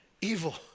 evil